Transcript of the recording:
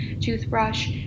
toothbrush